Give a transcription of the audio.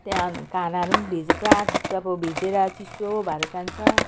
त्यहाँ खानाहरू पनि भिजे पुरा त्यस्तो अब भिजेर चिसो भएर जान्छ